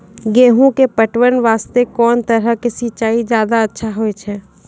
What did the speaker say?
गेहूँ के पटवन वास्ते कोंन तरह के सिंचाई ज्यादा अच्छा होय छै?